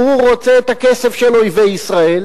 אם הוא רוצה את הכסף של אויבי ישראל